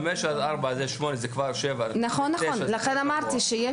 5-4 זה 8.7%, זה כבר 7 --- נכון, לכן אמרתי שיש